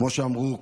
כמו שאמרו קודמיי,